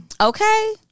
Okay